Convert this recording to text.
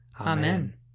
Amen